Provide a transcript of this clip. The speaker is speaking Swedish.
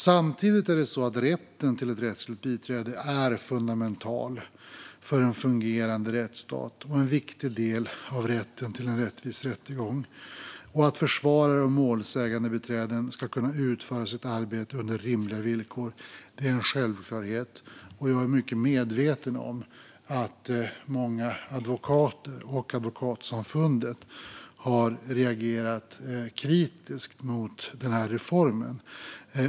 Samtidigt är rätten till ett rättsligt biträde fundamental för en fungerande rättsstat och en viktig del av rätten till en rättvis rättegång. Att försvarare och målsägandebiträden ska kunna utföra sitt arbete under rimliga villkor är en självklarhet. Jag är mycket medveten om att många advokater och Advokatsamfundet har reagerat kritiskt mot denna reform.